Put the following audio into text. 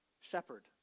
shepherd